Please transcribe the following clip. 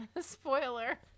spoiler